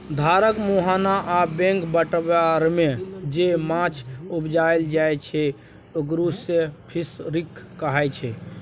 धारक मुहाना आ बैक बाटरमे जे माछ उपजाएल जाइ छै एस्च्युरीज फिशरीज कहाइ छै